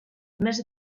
més